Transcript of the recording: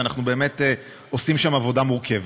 ואנחנו באמת עושים שם עבודה מורכבת.